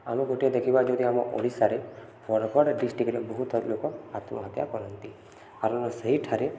ଆମେ ଗୋଟିଏ ଦେଖିବା ଯଦି ଆମ ଓଡ଼ିଶାରେ ବରଗଡ଼ ଡିଷ୍ଟ୍ରିକ୍ଟରେ ବହୁତ ଲୋକ ଆତ୍ମହତ୍ୟା କରନ୍ତି କାରଣ ସେଇଠାରେ